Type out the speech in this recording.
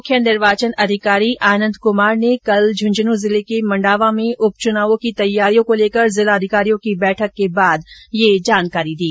मुख्य चुनाव अधिकारी आनंद कुमार ने कल झुंझुनूं जिले में मंडावा में उप चुनाव की तैयारियों को लेकर जिला अधिकारियों की बैठक के बाद ये जानकारी दी